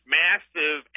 massive